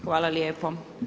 Hvala lijepo.